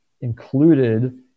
included